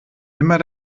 immer